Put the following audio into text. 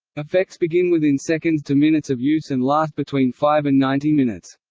effects begin within seconds to minutes of use and last between five and ninety minutes.